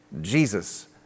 Jesus